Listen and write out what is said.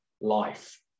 life